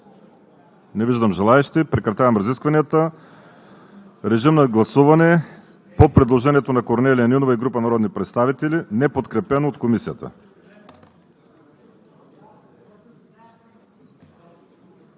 Не виждам желаещи. Прекратявам разискванията. Режим на гласуване по предложението на Корнелия Нинова и група народни представители, неподкрепено от Комисията.